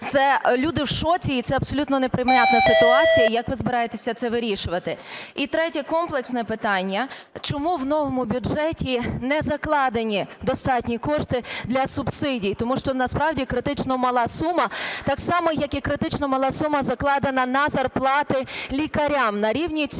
Люди в шоці, і це абсолютно неприйнятна ситуація. Як ви збираєтеся це вирішувати? І третє комплексне питання. Чому в новому бюджеті не закладені достатні кошти для субсидій? Тому що насправді критично мала сума, так само як і критично мала сума закладена на зарплати лікарям на рівні цього